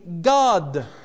God